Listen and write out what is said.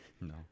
No